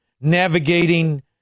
navigating